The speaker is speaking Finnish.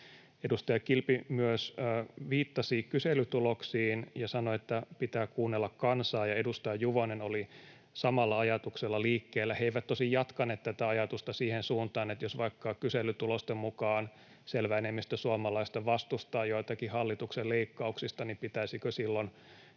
Edustaja Kilpi myös viittasi kyselytuloksiin ja sanoi, että pitää kuunnella kansaa, ja edustaja Juvonen oli samalla ajatuksella liikkeellä. He eivät tosin jatkaneet tätä ajatusta siihen suuntaan, että jos vaikka kyselytulosten mukaan selvä enemmistö suomalaisista vastustaa joitakin hallituksen leikkauksista, niin pitäisikö silloin